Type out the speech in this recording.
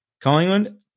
Collingwood